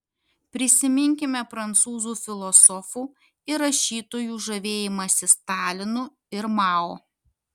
prisiminkime prancūzų filosofų ir rašytojų žavėjimąsi stalinu ir mao